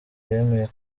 yemeye